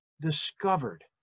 discovered